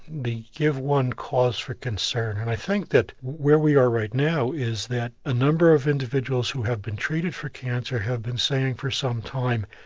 they give one cause for concern. and i think that where we are right now is that a number of individuals who have been treated for cancer have been saying for some time,